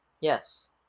Yes